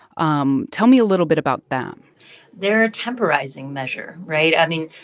um tell me a little bit about them they are a temporizing measure, right? i mean,